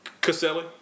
Caselli